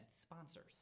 sponsors